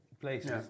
places